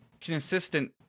consistent